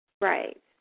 right